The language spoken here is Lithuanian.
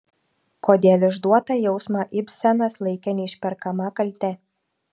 kodėl išduotą jausmą ibsenas laikė neišperkama kalte